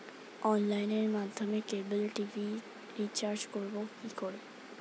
অনলাইনের মাধ্যমে cable TV recharge করব কি করে?